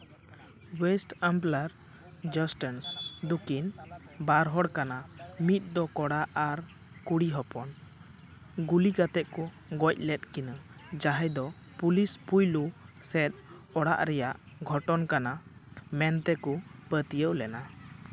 west Ambler Johnston ᱫᱚᱠᱤᱱ ᱵᱟᱨ ᱦᱚᱲ ᱠᱟᱱᱟ ᱢᱤᱫ ᱫᱚ ᱠᱚᱲᱟ ᱟᱨ ᱠᱩᱲᱤ ᱦᱚᱯᱚᱱ ᱜᱩᱞᱤ ᱠᱟᱛᱮ ᱠᱚ ᱜᱚᱡ ᱞᱮᱫ ᱠᱤᱱᱟᱹ ᱡᱟᱦᱟᱸᱭ ᱫᱚ ᱯᱩᱞᱤᱥ ᱯᱳᱭᱞᱳ ᱥᱮᱫ ᱚᱲᱟᱜ ᱨᱮᱭᱟᱜ ᱜᱷᱚᱴᱚᱱ ᱠᱟᱱᱟ ᱢᱮᱱᱛᱮᱠᱚ ᱯᱟᱹᱛᱭᱟᱹᱣ ᱞᱮᱱᱟ